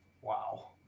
Wow